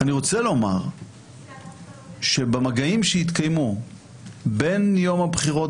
אני רוצה לומר שבמגעים שהתקיימו בין יום הבחירות